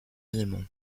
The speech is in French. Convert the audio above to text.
allemand